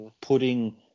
putting